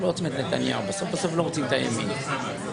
לעניין 428א(ו3),